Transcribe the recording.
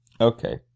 Okay